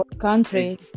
country